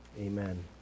Amen